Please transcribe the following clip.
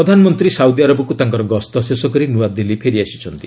ପ୍ରଧାନମନ୍ତ୍ରୀ ସାଉଦି ଆରବକୁ ତାଙ୍କ ଗସ୍ତ ଶେଷ କରି ନୂଆଦିଲ୍ଲୀ ଫେରିଆସିଛନ୍ତି